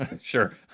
Sure